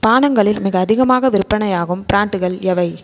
பானங்களில் மிக அதிகமாக விற்பனையாகும் ப்ராண்ட்டுகள் எவை